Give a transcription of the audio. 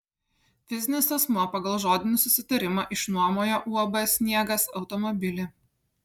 fizinis asmuo pagal žodinį susitarimą išnuomojo uab sniegas automobilį